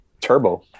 Turbo